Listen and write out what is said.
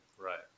Right